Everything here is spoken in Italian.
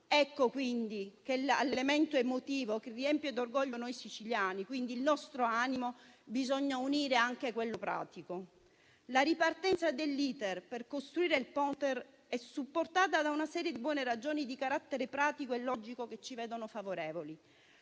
Ecco quindi che all'elemento emotivo, che riempie d'orgoglio il nostro animo di siciliani, bisogna unire anche quello pratico. La ripartenza dell'*iter* per costruire il ponte è supportata da una serie di buone ragioni di carattere pratico e logico che ci vedono favorevoli.